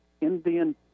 Indian